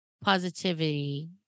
positivity